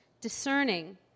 discerning